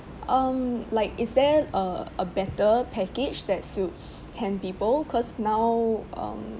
um like is there a a better package that suits ten people cause now um